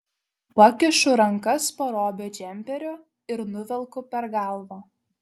pakišu rankas po robio džemperiu ir nuvelku per galvą